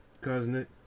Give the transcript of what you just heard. cousin